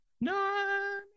No